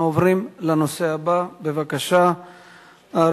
אנחנו עוברים לנושא הבא, הצעה לסדר-היום